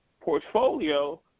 portfolio